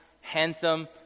handsome